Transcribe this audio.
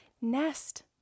Nest